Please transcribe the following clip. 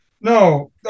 no